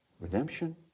redemption